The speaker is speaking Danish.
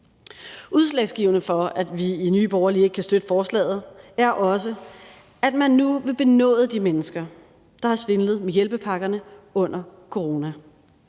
Udslagsgivende for, at vi i Nye Borgerlige ikke kan støtte forslaget, er også, at man nu vil benåde de mennesker, der har svindlet med hjælpepakkerne under coronaen.